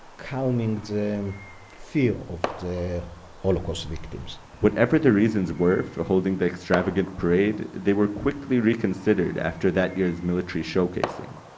calming the um fear of the holocaust victims whatever the reasons were for holding the extravagant parade, they were quickly reconsidered after that year's military showcasing.